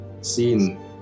seen